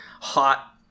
hot